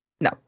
No